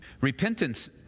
repentance